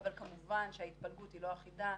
אבל כמובן שההתפלגות היא לא אחידה,